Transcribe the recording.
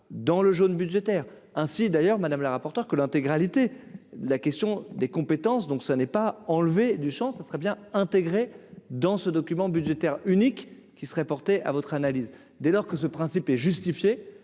dans le jaune budgétaire, ainsi d'ailleurs Madame la rapporteure que l'intégralité la question des compétences, donc ça n'est pas enlever du Champ, ça serait bien intégré dans ce document budgétaire unique qui serait portée à votre analyse : dès lors que ce principe est justifiée,